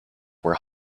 were